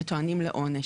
וטוענים לעונש.